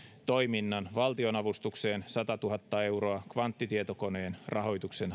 toiminnan valtionavustukseen satatuhatta euroa kvanttitietokoneen rahoituksen